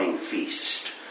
feast